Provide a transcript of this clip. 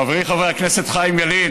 חברי חבר הכנסת חיים ילין,